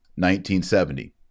1970